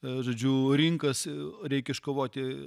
žodžiu rinkas reik iškovoti